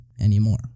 anymore